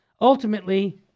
Ultimately